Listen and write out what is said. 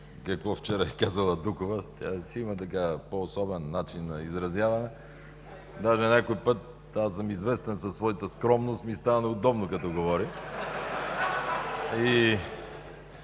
какво вчера е казала Дукова. Тя си има по-особен начин на изразяване. Даже някой път, аз съм известен със своята скромност, ми става неудобно като говоря.